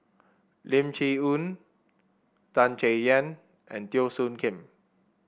Lim Chee Onn Tan Chay Yan and Teo Soon Kim